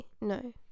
No